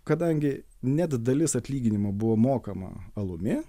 kadangi net dalis atlyginimo buvo mokama alumi